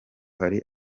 hari